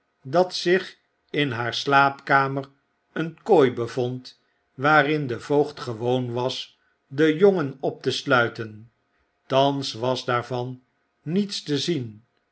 dat zich in haarslaapkamer een kooi bevond waarin de voogd gewoon was den jongen op te sluiten thans was daarvan niets te zien